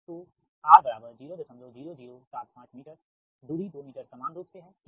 तो r 00075 metre दूरी 2 metre समान रूप से है ठीक